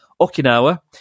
Okinawa